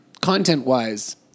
content-wise